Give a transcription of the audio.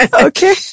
Okay